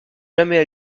jamais